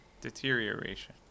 deterioration